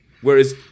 whereas